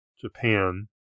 Japan